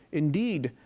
indeed,